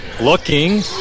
Looking